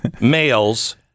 males